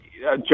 Joe